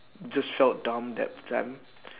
just felt dumb that time